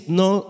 no